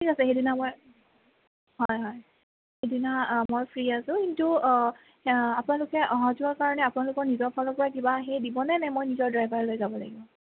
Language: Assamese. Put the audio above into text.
ঠিক আছে সেইদিনা মই হয় হয় সেইদিনা মই ফ্ৰি আছোঁ কিন্তু আপোনালোকে অহা যোৱাৰ কাৰণে আপোনালোকৰ নিজৰ ফালৰ পৰা কিবা হেৰি দিবনে নে মই নিজৰ ড্ৰাইভাৰ লৈ যাব লাগিব